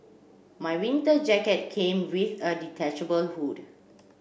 my winter jacket came with a detachable hood